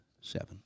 seven